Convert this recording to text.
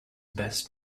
best